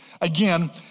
again